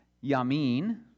Yamin